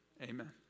Amen